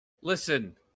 Listen